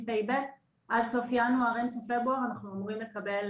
בשנת הלימודים תשפ"ב עד סוף ינואר או אמצע פברואר אנחנו אמורים לקבל,